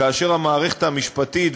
כאשר המערכת המשפטית,